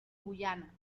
guyana